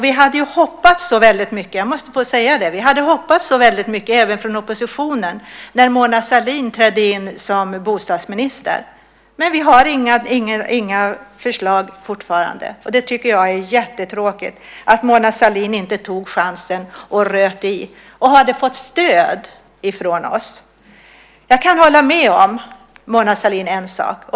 Vi hade ju även från oppositionen hoppats så väldigt mycket, jag måste få säga det, när Mona Sahlin trädde in som bostadsminister. Men vi har fortfarande inga förslag. Jag tycker att det är jättetråkigt att Mona Sahlin inte tog chansen och röt till. Hon hade fått stöd från oss. Jag kan hålla med Mona Sahlin om en sak.